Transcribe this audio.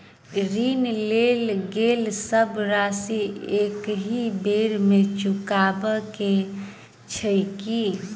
ऋण लेल गेल सब राशि एकहि बेर मे चुकाबऽ केँ छै की?